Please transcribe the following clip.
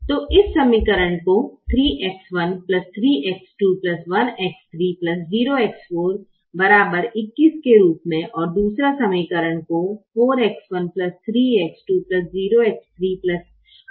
तो इस समीकरण को 3X13X2X30X421 के रूप में और दूसरा समीकरण को 4X13X20X31X424 पढ़ा जा सकता है